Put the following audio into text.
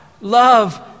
love